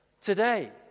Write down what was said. today